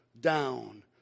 down